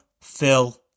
Phil